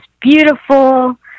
beautiful